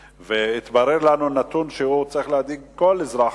והתברר לנו נתון שצריך להדאיג כל אזרח